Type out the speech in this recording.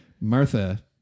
Martha